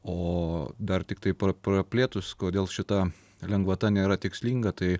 o dar tiktai praplėtus kodėl šita lengvata nėra tikslinga tai